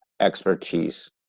expertise